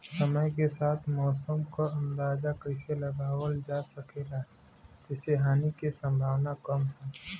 समय के साथ मौसम क अंदाजा कइसे लगावल जा सकेला जेसे हानि के सम्भावना कम हो?